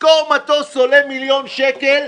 לשכור מטוס עולה מיליון שקל,